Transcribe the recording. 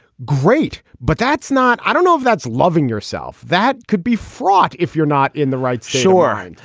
great but that's not i don't know if that's loving yourself. that could be fraught if you're not in the right sure. and